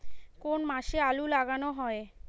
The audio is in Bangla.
কোন মাসে আলু লাগানো হয়?